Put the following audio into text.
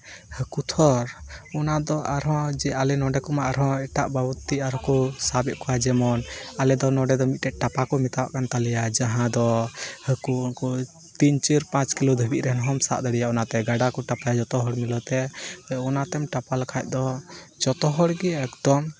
ᱚᱱᱟ ᱫᱚ ᱟᱨᱦᱚᱸ ᱡᱮ ᱟᱞᱮ ᱱᱚᱸᱰᱮ ᱠᱚᱢᱟ ᱟᱨᱦᱚᱸ ᱮᱴᱟᱜ ᱵᱟᱵᱚᱫ ᱛᱮ ᱟᱨᱠᱚ ᱥᱟᱵᱮᱫ ᱠᱚᱣᱟ ᱡᱮᱢᱚᱱ ᱟᱞᱮ ᱫᱚ ᱱᱚᱸᱰᱮ ᱫᱚ ᱢᱤᱫᱴᱮᱱ ᱴᱟᱯᱟ ᱠᱚ ᱢᱮᱛᱟᱣᱟᱜ ᱠᱟᱱ ᱛᱟᱞᱮᱭᱟ ᱡᱟᱦᱟᱸ ᱫᱚ ᱦᱟᱹᱠᱩ ᱩᱱᱠᱩ ᱛᱤᱱ ᱪᱟᱹᱨ ᱯᱟᱸᱪ ᱠᱤᱞᱳ ᱫᱷᱟᱹᱵᱤᱡ ᱨᱮᱱ ᱦᱚᱢ ᱥᱟᱵ ᱫᱟᱲᱮᱭᱟᱭᱟ ᱚᱱᱟᱛᱮ ᱜᱟᱰᱟ ᱠᱚ ᱴᱟᱯᱟᱭᱟ ᱡᱚᱛᱚ ᱦᱚᱲ ᱢᱤᱞᱟᱹᱣ ᱛᱮ ᱚᱱᱟᱛᱮᱢ ᱴᱟᱯᱟᱣ ᱞᱮᱠᱷᱟᱱ ᱫᱚ ᱡᱚᱛᱚ ᱦᱚᱲ ᱜᱮ ᱮᱠᱫᱚᱢ